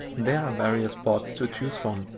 there are various bots to choose from,